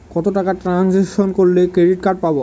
কত টাকা ট্রানজেকশন করলে ক্রেডিট কার্ড পাবো?